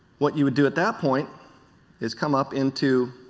what you would do at that point is come up into